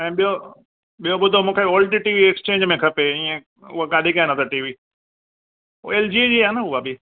ऐं ॿियो ॿियो ॿुधो मूंखे ओल्ड टी वी एक्सचेन्ज में खपे इअं उहा काॾे कयां न त टी वी उहा एल जी जी आहे न उहा बि